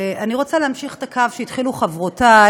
אני רוצה להמשיך את הקו שהתחילו חברותי,